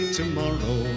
tomorrow